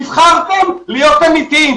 נבחרתם להיות אמיתיים.